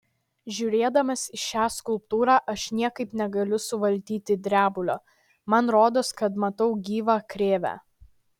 žiūrėdamas į šią skulptūrą aš niekaip negaliu suvaldyti drebulio man rodos kad matau gyvą krėvę